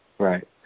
right